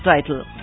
title